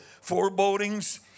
forebodings